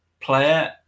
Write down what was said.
player